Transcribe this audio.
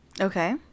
Okay